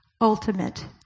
ultimate